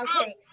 Okay